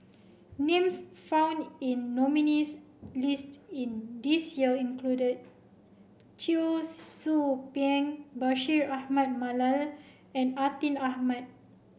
names found in nominees' list in this year include Cheong Soo Pieng Bashir Ahmad Mallal and Atin Amat